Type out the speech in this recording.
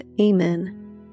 Amen